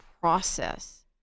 process